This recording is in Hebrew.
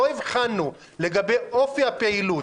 לא הבחנו לגבי אופי הפעילות,